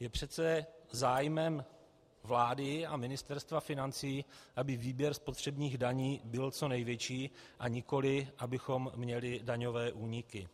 Je přece zájmem vlády a Ministerstva financí, aby výběr spotřebních daní byl co největší, a nikoli abychom měli daňové úniky.